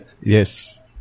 Yes